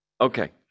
Okay